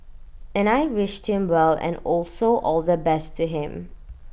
and I wished him well and also all the best to him